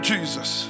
Jesus